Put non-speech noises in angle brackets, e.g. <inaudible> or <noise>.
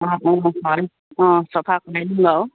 অঁ অঁ অঁ চফা <unintelligible>